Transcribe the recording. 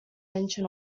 mention